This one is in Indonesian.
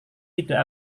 tidak